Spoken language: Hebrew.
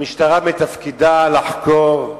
המשטרה, תפקידה לחקור,